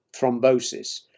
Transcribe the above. thrombosis